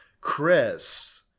Chris